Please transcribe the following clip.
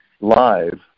live